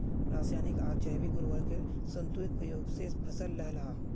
राशयानिक आर जैविक उर्वरकेर संतुलित प्रयोग से फसल लहलहा